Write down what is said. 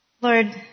Lord